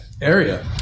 area